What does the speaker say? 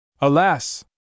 Alas